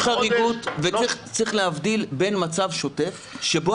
יש חריגות וצריך להבדיל בין מצב שוטף שבו